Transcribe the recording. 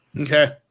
Okay